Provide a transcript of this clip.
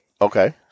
Okay